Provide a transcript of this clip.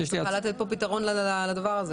הייתי צריכה לתת כאן פתרון לדבר הזה.